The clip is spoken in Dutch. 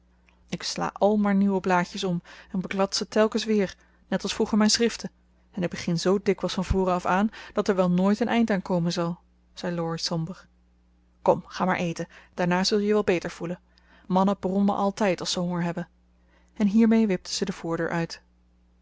ik sla al maar nieuwe blaadjes om en beklad ze telkens weer net als vroeger mijn schriften en ik begin zoo dikwijls van voren af aan dat er wel nooit een eind aan komen zal zei laurie somber kom ga maar eten daarna zul je je wel beter voelen mannen brommen altijd als ze honger hebben en hiermee wipte ze de voordeur uit